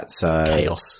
chaos